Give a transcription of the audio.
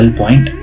point